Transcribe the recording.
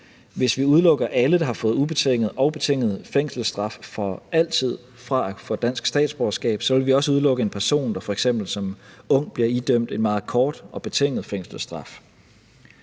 altid udelukker alle, der har fået ubetinget og betinget fængselsstraf, fra at få dansk statsborgerskab, vil vi også udelukke en person, der f.eks. som ung bliver idømt en meget kort og betinget fængselsstraf.